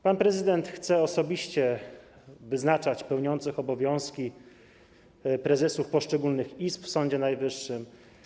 Pan prezydent chce osobiście wyznaczać pełniących obowiązki prezesów poszczególnych izb w Sądzie Najwyższym.